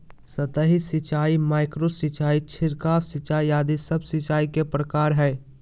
सतही सिंचाई, माइक्रो सिंचाई, छिड़काव सिंचाई आदि सब सिंचाई के प्रकार हय